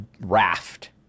raft